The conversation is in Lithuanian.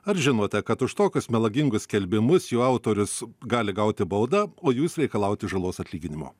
ar žinote kad už tokius melagingus skelbimus jų autorius gali gauti baudą o jūs reikalauti žalos atlyginimo